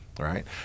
right